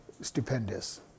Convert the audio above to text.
stupendous